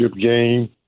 game